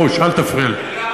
אני לא אמרתי